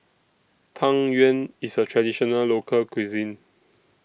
Tang Yuen IS A Traditional Local Cuisine